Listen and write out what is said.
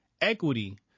equity